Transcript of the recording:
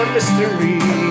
Mystery